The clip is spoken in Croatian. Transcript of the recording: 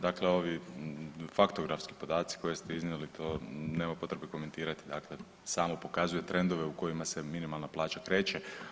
Dakle, ovi faktografski podaci koje ste iznijeli to nema potrebe komentirati dakle samo pokazuje trendove u kojima se minimalna plaća kreće.